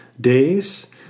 days